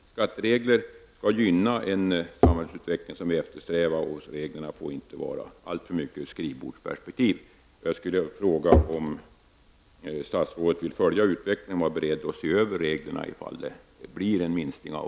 Skattereglerna skall gynna den samhällsutveckling som vi eftersträvar, och reglerna får inte vara skrivna utifrån skrivbordsperspektiv.